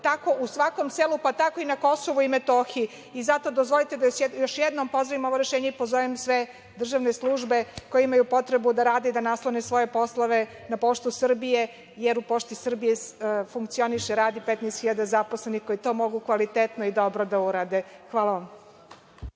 tako u svakom selu, pa tako i na KiM.Zato dozvolite da još jednom pozdravim ovo rešenje i pozovem sve državne službe koje imaju potrebu da rade i da naslone svoje poslove na „Poštu Srbije“, jer u „Pošti Srbije“ funkcioniše i radi 15.000 zaposlenih koji to mogu kvalitetno i dobro da urade. Hvala.